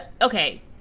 okay